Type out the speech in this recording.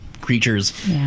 creatures